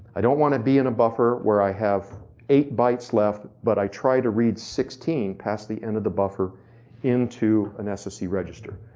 i don't want to be in a buffer where i have eight bytes left but i try to read sixteen past the end of the buffer into an sse ah register.